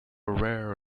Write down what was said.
rare